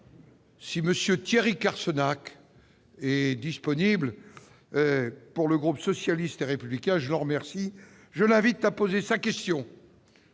Thierry Carcenac est disponible pour le groupe socialiste et républicain, je remercie, je l'invite à poser sa question.